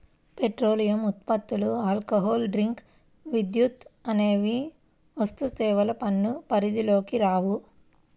petroleum ఉత్పత్తులు, alcohol drinks, విద్యుత్ అనేవి వస్తుసేవల పన్ను పరిధిలోకి రావు